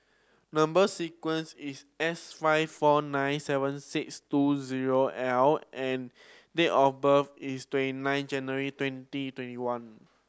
number sequence is S five four nine seven six two zero L and date of birth is twenty nine January twenty twenty one